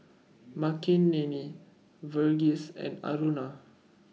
Makineni Verghese and Aruna